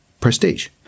prestige